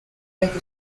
make